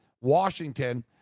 Washington